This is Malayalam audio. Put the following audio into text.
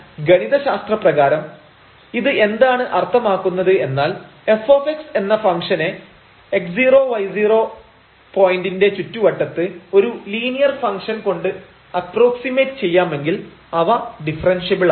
അതിനാൽ ഗണിത ശാസ്ത്ര പ്രകാരം ഇത് എന്താണ് അർത്ഥമാക്കുന്നത് എന്നാൽ f എന്ന ഫംഗ്ഷനെ x0 y0 പോയിന്റിന്റെ ചുറ്റുവട്ടത്ത് ഒരു ലീനിയർ ഫംഗ്ഷൻ കൊണ്ട് അപ്പ്രൂക്സിമെറ്റ് ചെയ്യാമെങ്കിൽ അവ ഡിഫറെൻഷ്യബിളാണ്